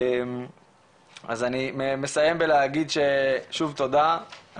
אז אני מסיים בלהגיד ששוב תודה,